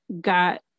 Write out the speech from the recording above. got